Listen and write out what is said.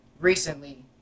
recently